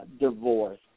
divorce